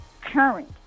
current